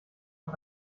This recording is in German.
auf